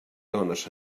dones